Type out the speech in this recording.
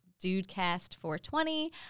DudeCast420